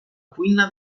cuina